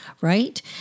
right